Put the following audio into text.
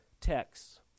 texts